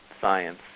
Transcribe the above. science